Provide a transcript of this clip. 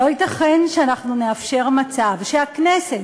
לא ייתכן שאנחנו נאפשר מצב שהכנסת,